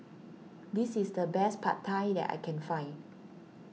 this is the best Pad Thai that I can find